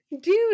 Dude